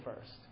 first